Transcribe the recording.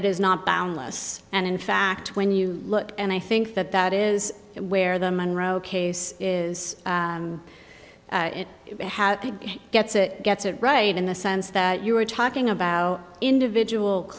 it is not boundless and in fact when you look and i think that that is where the monroe case is it gets it gets it right in the sense that you were talking about individual